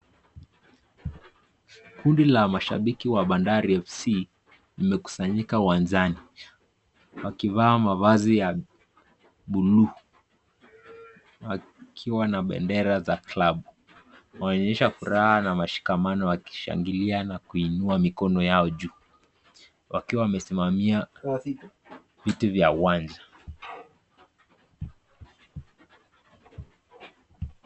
Kundi la mashabiki wa bandari FC, limekusanyika uwanjani wakivaa mavazi ya blue wakiwa na bendera za klabu, wanaonyesha furaha na ushikamano wakishangilia na kuinua mikono yao juu, wakiwa wamesimamaia viti vya uwanja.